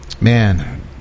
Man